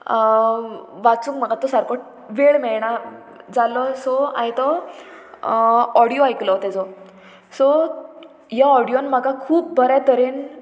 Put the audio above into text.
वाचूंक म्हाका तो सारको वेळ मेळना जालो सो हांयेन तो ऑडियो आयकलो तेजो सो ह्या ऑडियोन म्हाका खूब बऱ्या तरेन